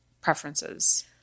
preferences